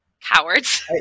cowards